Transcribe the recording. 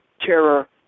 terror